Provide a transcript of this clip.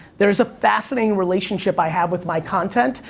there's a fascinating relationship i have with my content,